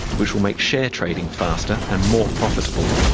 which will make share trading faster and more profitable,